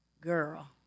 girl